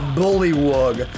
bullywug